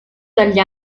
dagli